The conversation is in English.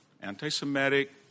anti-semitic